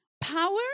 power